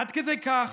עד כדי כך,